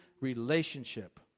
relationship